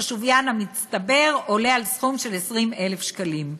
ששוויין המצטבר עולה על 20,000 שקלים.